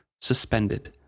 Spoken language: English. suspended